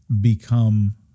become